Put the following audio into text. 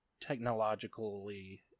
technologically